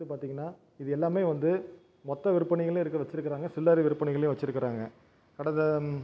அடுத்து பார்த்திங்கன்னா இது எல்லாமே வந்து மொத்த விற்பனைகளையும் இருக்க வச்சுருக்குறாங்க சில்லறை விற்பனைகளையும் வச்சுருக்குறாங்க கடந்த